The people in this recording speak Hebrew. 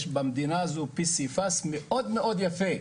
יש במדינה הזאת פסיפס מאוד מאוד יפה.